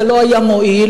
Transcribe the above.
זה לא היה מועיל,